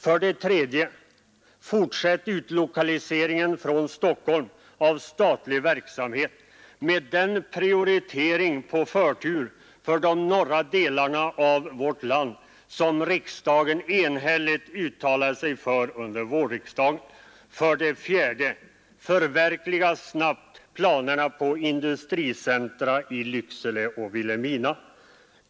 För det tredje: Fortsätt utlokaliseringen från Stockholm av statlig verksamhet med den prioritering på förtur för de norra delarna av vårt land, som riksdagen enhälligt uttalade sig för under vårriksdagen. För det fjärde: Förverkliga snabbt planerna på industricentra i Lycksele och Vilhelmina!